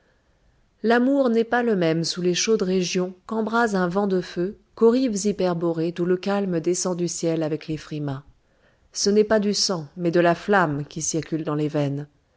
l'amour n'est pas le même sous les chaudes régions qu'embrase un vent de feu qu'aux rives hyperborées d'où le calme descend du ciel avec les frimas ce n'est pas du sang mais de la flamme qui circule dans les veines